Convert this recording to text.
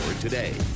today